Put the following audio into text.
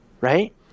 right